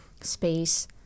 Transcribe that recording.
space